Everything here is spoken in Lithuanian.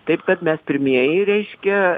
taip kad mes pirmieji reiškia esame ir po rinkimų